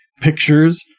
pictures